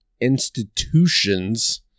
institutions